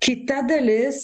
kita dalis